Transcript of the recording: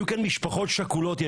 ישבו כאן משפחות שכולות.